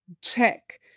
check